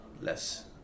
less